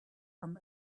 from